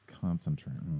concentrating